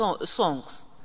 songs